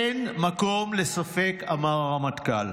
אין מקום לספק, אמר הרמטכ"ל.